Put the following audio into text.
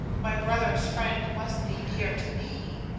my brother's friend must be dear to me.